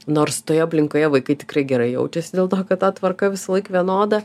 nors toje aplinkoje vaikai tikrai gerai jaučiasi dėl to kad ta tvarka visąlaik vienoda